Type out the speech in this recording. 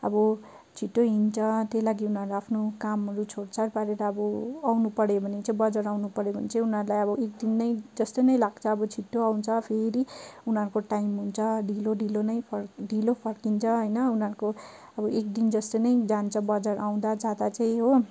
अब छिटो हिन्छ त्यही लागि उनीहरू आफ्नो कामहरू छोडछाड पारेर अब आउनु पऱ्यो भने चाहिँ बजार आउनु पऱ्यो भने चाहिँ उनीहरूलाई अब एकदिन नै जस्तो नै लाग्छ अब छिटो आउँछ फेरि उनीहरूको टाइम हुन्छ ढिलो ढिलो नै फर्कि ढिलो फर्किन्छ होइन उनीहरूको अब एकदिन जस्तो नै जान्छ बजार आउँदा जाँदा चाहिँ हो